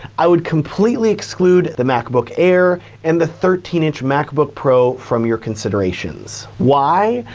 i would completely exclude the macbook air and the thirteen inch macbook pro from your considerations. why?